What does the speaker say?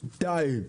דבר שני,